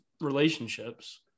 relationships